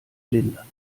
lindern